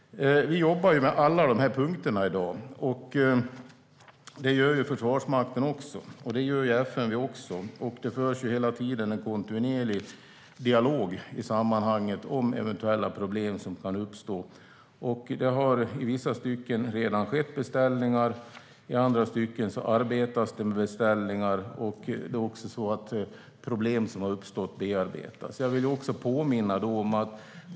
Vi jobbar med alla dessa punkter. Det gör även Försvarsmakten och FMV. Det förs en kontinuerlig dialog om eventuella problem som kan uppstå. Det har i vissa stycken redan skett beställningar, och i andra stycken arbetas det med beställningar. De problem som har uppstått bearbetas.